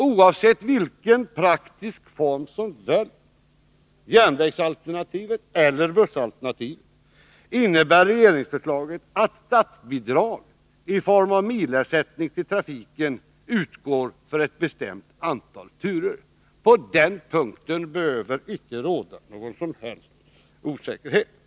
Oavsett vilken praktisk form som väljs — järnvägsalternativet eller bussalternativet — innebär regeringsförslaget att statsbidrag i form av milersättning till trafiken utgår för ett bestämt antal turer. På den punkten behöver icke någon som helst osäkerhet råda.